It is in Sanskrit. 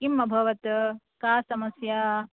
किम् अभवत् का समस्या